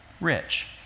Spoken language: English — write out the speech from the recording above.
rich